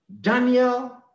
Daniel